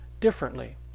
differently